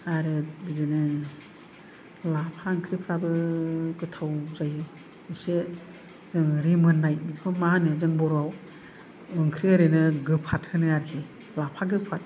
आरो बिदिनो लाफा ओंख्रिफ्राबो गोथाव जायो एसे जों रिमोननाय बेखौ मा होनो जों बर'आव ओंख्रि ओरैनो गोफाथ होनो आरोखि लाफा गोफाथ